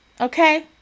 Okay